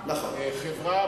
חברה,